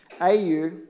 AU